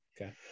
Okay